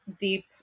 deep